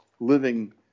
Living